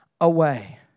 away